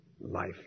life